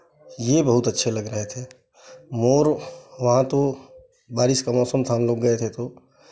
ये बहुत अच्छे लग रहे थे मोर वहाँ तो बारिश का मौसम था हम लोग गए थे तो